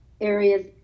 areas